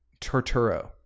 Torturo